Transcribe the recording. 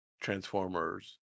Transformers